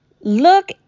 Look